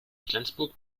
flensburg